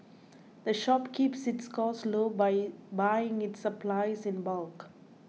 the shop keeps its costs low by buying its supplies in bulk